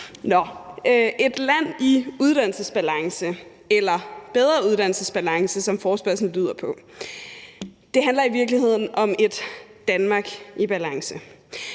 Et land i uddannelsesbalance eller i bedre uddannelsesbalance, som forespørgslen lyder på, handler i virkeligheden om et Danmark i balance,